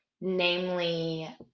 namely